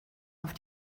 auf